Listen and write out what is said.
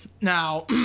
Now